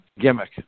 gimmick